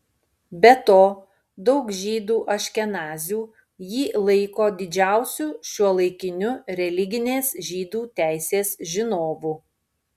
be to daug žydų aškenazių jį laiko didžiausiu šiuolaikiniu religinės žydų teisės žinovu